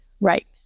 Right